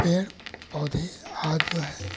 पेड़ पौधे आज जो है